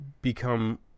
Become